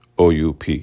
OUP